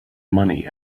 money